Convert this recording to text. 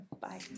bye